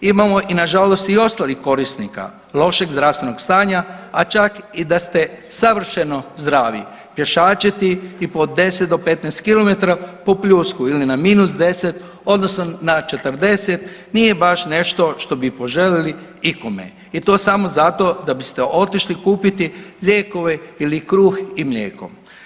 Imamo nažalost i ostalih korisnika lošeg zdravstvenog stanja, a čak i da se savršeno zdravi, pješačiti i po 10 do 15 kilometara po pljusku ili na -10 odnosno na 40 nije baš nešto što bi poželjeli ikome i to samo zato da biste otišli kupiti lijekove ili kruh i mlijeko.